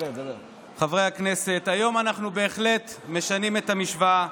חברי הכנסת, היום אנחנו בהחלט משנים את המשוואה.